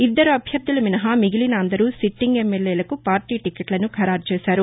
ఇద్దరు అభ్యర్దులు మినహా మిగిలిన అందరు సిట్టింగ్ ఎమ్మెల్యేలకు పార్టీ టిక్కెట్లను ఖరారు చేశారు